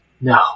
no